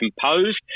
composed